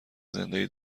زنده